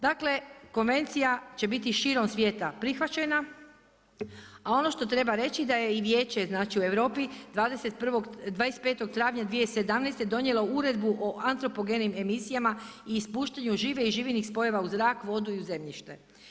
Dakle konvencija će biti širom svijeta prihvaćena, a ono što treba reći da je i Vijeće u Europi 25. travnja 2017. donijelo Uredbu o antropogenim emisijama i ispuštanju žive i živinih spojeva u zrak, vodu i zemljište.